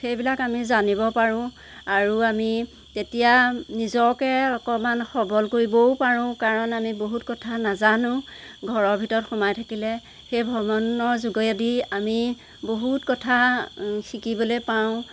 সেইবিলাক আমি জানিব পাৰোঁ আৰু আমি তেতিয়া নিজকে অকণমান সৱল কৰিবও পাৰোঁ কাৰণ আমি বহুত কথা নাজানোঁ ঘৰৰ ভিতৰত সোমাই থাকিলে সেইও ভ্ৰমণৰ যোগেদি আমি বহুত কথা শিকিবলৈ পাওঁ